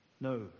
no